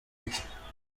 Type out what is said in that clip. rye